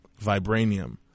vibranium